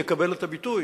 יקבלו את הביטוי,